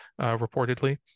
reportedly